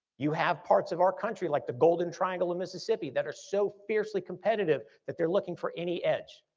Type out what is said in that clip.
you have parts of our country like the golden triangle of mississippi that are so fiercely competitive, that they're looking for any edge.